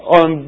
on